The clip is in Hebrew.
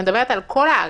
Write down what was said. אני מדברת על כל הארץ.